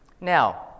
Now